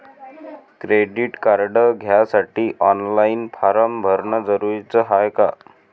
Credit card घ्यासाठी online form भरन जरुरीच हाय का?